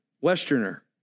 Westerner